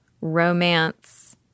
romance